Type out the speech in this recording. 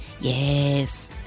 Yes